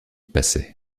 passait